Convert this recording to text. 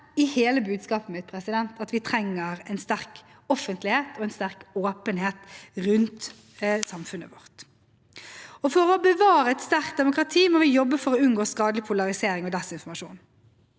i hele budskapet mitt: Vi trenger en sterk offentlighet og en sterk åpenhet rundt samfunnet vårt. For å bevare et sterkt demokrati må vi jobbe for å unngå skadelig polarisering og desinformasjon,